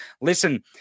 Listen